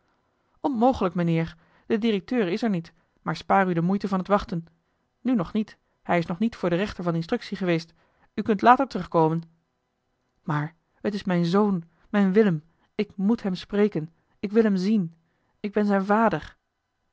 onmogelijk mijnheer de directeur is er niet maar spaar u de moeite van het wachten nu nog niet hij is nog niet voor den rechter van instructie geweest u kunt later terugkomen maar het is mijn zoon mijn willem ik moet hem spreken ik wil hem zien ik ben zijn vader